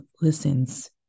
listens